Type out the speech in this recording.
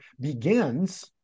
begins